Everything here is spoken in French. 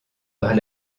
par